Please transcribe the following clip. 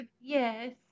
yes